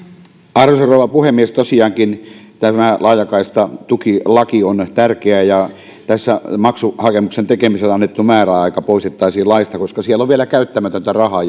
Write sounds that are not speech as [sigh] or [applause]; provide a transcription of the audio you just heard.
arvoisa rouva puhemies tosiaankin tämä laajakaistatukilaki on tärkeä tässä maksuhakemuksen tekemiselle annettu määräaika poistettaisiin laista koska siellä on vielä käyttämätöntä rahaa [unintelligible]